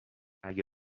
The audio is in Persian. اگه